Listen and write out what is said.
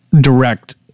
direct